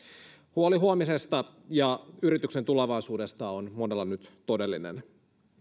huoli huomisesta ja yrityksen tulevaisuudesta on monella nyt todellinen